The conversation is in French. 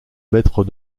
maître